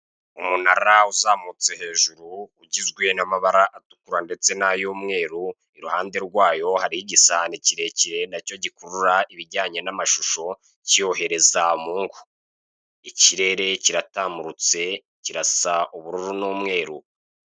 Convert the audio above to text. Umunara uzamutse hejuru ugizwe namabara atukura ndetse nayumweru iruhande rwayo hariho igisahane kirekire nacyo gikurura ibijyanye namashusho kiyohereza mungo, ikirere kiratamurutse kirasa ubururu numweru.